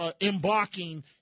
embarking